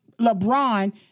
LeBron